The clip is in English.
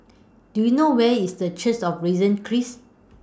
Do YOU know Where IS The Church of Risen Christ